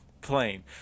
plane